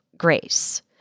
Grace